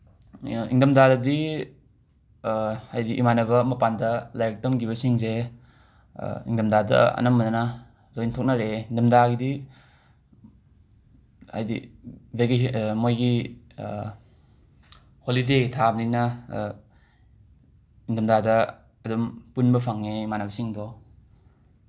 ꯏꯪꯗꯝꯊꯥꯗꯗꯤ ꯍꯥꯏꯗꯤ ꯏꯃꯥꯟꯅꯕ ꯃꯄꯥꯟꯗ ꯂꯥꯏꯔꯤꯛ ꯇꯝꯈꯤꯕꯁꯤꯡꯁꯦ ꯏꯪꯗꯝꯊꯥꯗ ꯑꯅꯝꯕꯅ ꯂꯣꯏꯅ ꯊꯣꯛꯅꯔꯛꯑꯦ ꯏꯪꯗꯝꯊꯥꯒꯤꯗꯤ ꯍꯥꯏꯗꯤ ꯃꯣꯏꯒꯤ ꯍꯣꯂꯤꯗꯦ ꯊꯥꯕꯅꯤꯅ ꯏꯪꯗꯝꯊꯥꯗ ꯑꯗꯨꯝ ꯄꯨꯟꯕ ꯐꯪꯉꯦ ꯏꯃꯥꯟꯅꯕꯁꯤꯡꯗꯣ